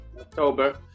October